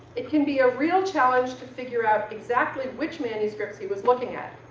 it can be a real challenge to figure out exactly which manuscripts he was looking at.